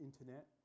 internet